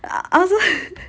I also